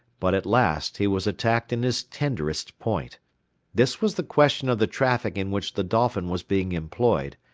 but at last he was attacked in his tenderest point this was the question of the traffic in which the dolphin was being employed,